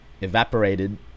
evaporated